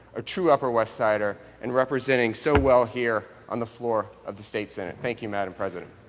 a true upper west sider, and representing so well here on the floor of the state senate. thank you, madam president.